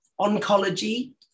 oncology